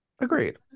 Agreed